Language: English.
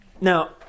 Now